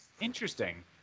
Interesting